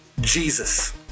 Jesus